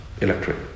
electric